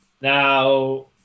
Now